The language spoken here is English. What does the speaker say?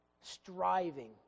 striving